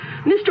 Mr